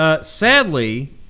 Sadly